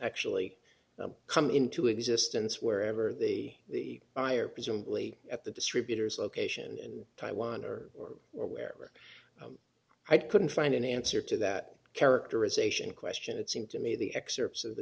actually come into existence wherever the buyer presumably at the distributors location in taiwan or or or where i couldn't find an answer to that characterization question it seemed to me the excerpts of the